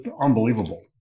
unbelievable